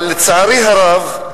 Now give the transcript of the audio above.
אבל לצערי הרב,